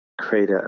create